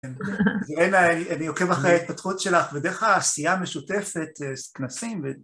אני עוקב אחרי ההתפתחות שלך, ודרך עשייה משותפת, כנסים.